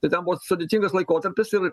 tai ten buvo sudėtingas laikotarpis ir